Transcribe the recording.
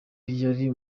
yari